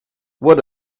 what